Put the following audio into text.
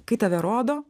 kai tave rodo